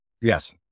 Yes